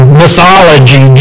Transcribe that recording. mythology